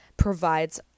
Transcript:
provides